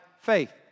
Faith